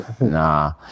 Nah